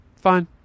Fine